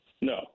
no